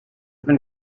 been